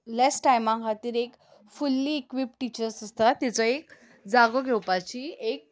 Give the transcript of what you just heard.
less टायमा खातीर एक फुल्ली इक्वीप्ड टिचर्स आसता तिजो एक जागो घेवपाची एक